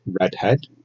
redhead